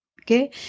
okay